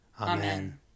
Amen